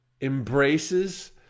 embraces